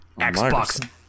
xbox